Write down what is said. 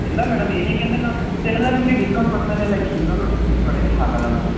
ಇಲ್ಲ ಮೇಡಮ್ ಏನಕ್ಕೇಂದ್ರೆ ನಾವು ಎಲ್ಲ ನಿಮಗೆ ಡಿಸ್ಕೌಂಟ್ ಕೊಟ್ಟಮೇಲೆ ಲೈಕ್ ಇನ್ನೂ ಕೊಡಕ್ ಆಗೋಲ್ಲ ಮ್ಯಾಮ್